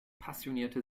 passionierte